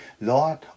Lord